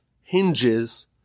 hinges